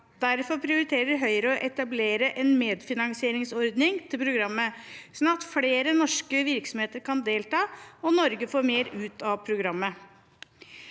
Derfor prioriterer Høyre å etablere en medfinansieringsordning til programmet, slik at flere norske virksomheter kan delta, og Norge får mer ut av programmet.